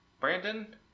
Brandon